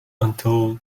until